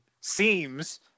seems